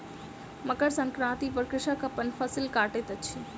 मकर संक्रांति पर कृषक अपन फसिल कटैत अछि